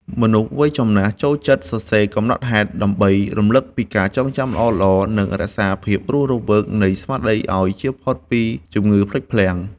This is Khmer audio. មនុស្សវ័យចំណាស់ ចូលចិត្តសរសេរកំណត់ហេតុដើម្បីរំលឹកពីការចងចាំល្អៗ និងរក្សាភាពរស់រវើកនៃស្មារតីឱ្យជៀសផុតពីជំងឺភ្លេចភ្លាំង។